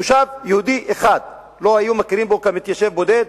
תושב יהודי אחד, לא היו מכירים בו כמתיישב בודד?